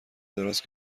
دراز